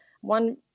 One